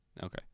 Okay